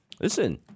Listen